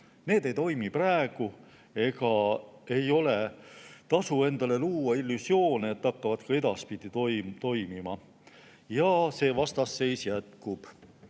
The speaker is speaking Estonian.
Need ei toimi praegu ja ei tasu endale luua illusioone, et hakkavad edaspidi toimima. See vastasseis jätkub.